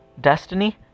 destiny